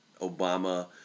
Obama